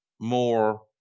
more